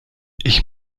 ich